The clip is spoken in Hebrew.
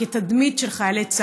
והתדמית של חיילי צה"ל: